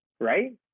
right